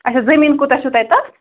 اچھا زٔمیٖن کوٗتاہ چھُو تۄہہِ تَتھ